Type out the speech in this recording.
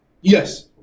Yes